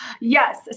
Yes